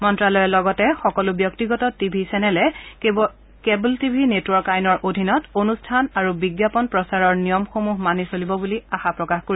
মন্তালয়ে লগতে সকলো ব্যক্তিগত টিভি চেনেলে কেবল টিভি নেটৱৰ্ক আইনৰ অধীনত অনূষ্ঠান আৰু বিজ্ঞাপন প্ৰচাৰৰ নিয়মসমূহ মানি চলিব বুলি আশা প্ৰকাশ কৰে